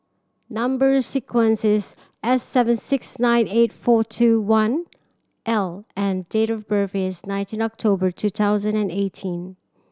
number sequence is S seven six nine eight four two one I and date of birth is nineteen October two thousand and eighteen